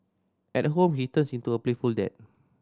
at home he turns into a playful dad